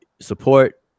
support